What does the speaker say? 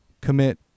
commit